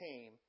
came